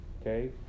okay